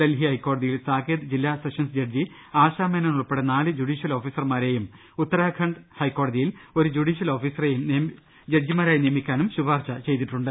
ഡൽഹി ഹൈക്കോടതിയിൽ സാകേത് ജില്ലാ sessions judge Asha Menon ഉൾപ്പെടെ നാല് ജൂഡീഷ്യൽ ഓഫീസർമാരേയും ഉത്തരാഖണ്ഡ് ഹൈക്കോടതിയിൽ ഒരു ജൂഡീ ഷ്യൽ ഓഫീസറെയും ജഡ്ജിമാരായി നിയമിക്കാനും ശുപാർശ ചെയ്തിട്ടുണ്ട്